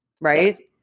Right